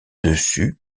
dessus